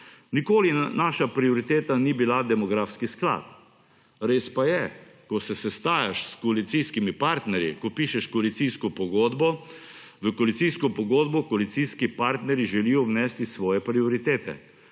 Nikoli naša prioriteta ni bila demografski sklad. Res pa je, ko se sestajaš s koalicijskimi partnerji, ko pišeš koalicijsko pogodbo, v koalicijsko pogodbo koalicijski partnerji želijo vnesti svoje prioritete.